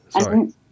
Sorry